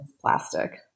plastic